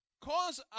cause